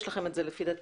יש את נייר העמדה